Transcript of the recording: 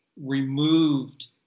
removed